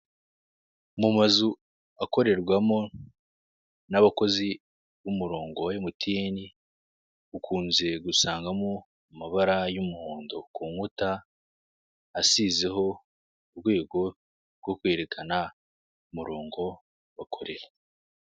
Mu mazu akorerwamo n'abakozi b'umurongo wa MTN ukunze gusangamo amabara y'umuhondo ku nkuta asizeho urwego rwo kwerekana umurongo wakoreye.